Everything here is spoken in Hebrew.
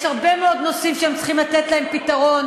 יש הרבה מאוד נושאים שהם צריכים לתת להם פתרון.